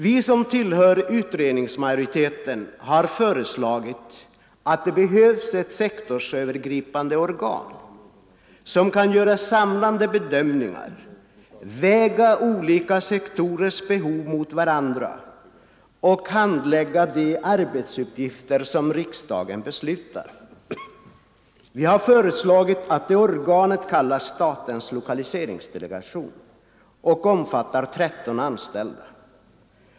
Vi som tillhör utredningsmajoriteten har ansett att det behövs ett sektorsövergripande organ som kan göra samlande bedömningar, väga olika sektorers behov mot varandra och handlägga de arbetsuppgifter som riksdagen beslutar. Vi har föreslagit att detta organ skall kallas statens lokaliseringsdelegation och omfatta 13 anställda.